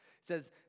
says